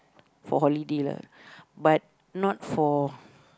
for holiday lah but not for